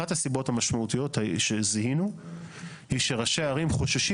אחת הסיבות המשמעותיות שזיהינו היא שראשי הערים חוששים